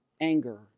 anger